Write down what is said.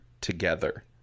together